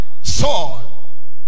Saul